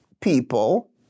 people